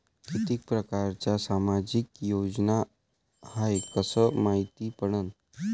कितीक परकारच्या सामाजिक योजना हाय कस मायती पडन?